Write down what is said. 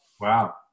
Wow